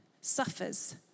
suffers